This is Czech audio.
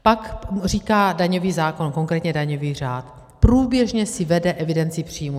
Pak říká daňový zákon, konkrétně daňový řád: průběžně si vede evidenci příjmů.